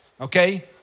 okay